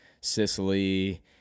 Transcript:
Sicily